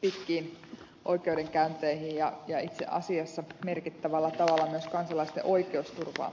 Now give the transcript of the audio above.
pitkiin oikeudenkäynteihin ja itse asiassa merkittävällä tavalla myös kansalaisten oikeusturvaan vaikuttaviin asioihin